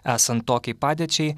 esant tokiai padėčiai